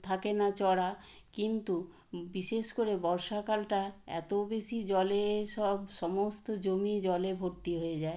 থাকে না চড়া কিন্তু বিশেষ করে বর্ষাকালটা এতো বেশি জলে সব সমস্ত জমি জলে ভর্তি হয়ে যায়